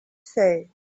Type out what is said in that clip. say